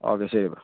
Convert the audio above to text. okay ശരി bro